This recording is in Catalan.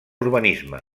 urbanisme